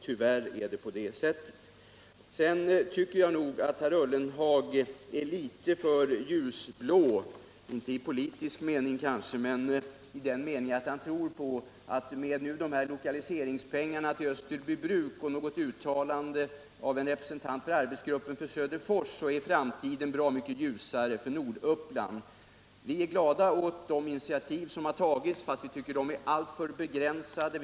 Tyvärr är det på det sättet. Sedan tycker jag nog att herr Ullenhag är litet för ljusblå — inte i politisk mening kanske, men i den meningen att han tror att med lokaliseringspengarna till Österbybruk och något uttalande av en representant för arbetsgruppen för Söderfors så är framtiden bra mycket ljusare för Norduppland. Vi är glada åt de initiativ som tagits, fast vi anser att de är alltför begränsade.